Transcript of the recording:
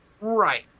Right